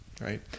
right